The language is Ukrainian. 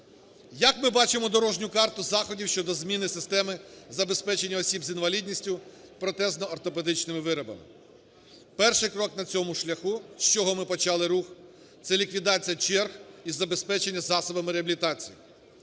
Як ми бачимо дорожню карту заходів щодо зміни системи забезпечення осіб з інвалідністю протезно-ортопедичними виробами. Перший крок на цьому шляху, з чого ми почали рух, - це ліквідація черг і забезпечення засобами реабілітації.